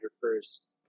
first